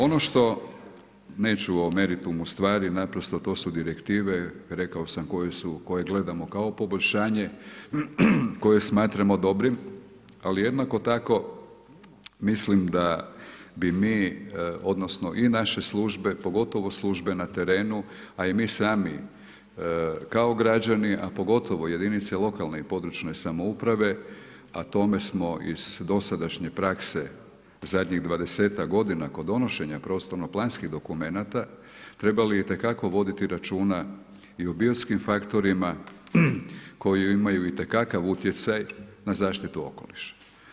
Ono što neću o meritumu stvari, naprosto to su direktive, rekao sam koje su, koje gledamo kao poboljšanje, koje smatramo dobrim ali jednako tako mislim da bi mi odnosno i naše službe pogotovo službe na terenu a i mi sami kao građani a pogotovo jedinice lokalne i područne samouprave a tome smo iz dosadašnje prakse zadnjih dvadesetak godina kod donošenja prostornog planskih dokumenata, trebali itekako voditi računa i o biotskim faktorima koji imaju itekakav utjecaj na zaštitu okoliša.